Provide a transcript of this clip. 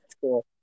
cool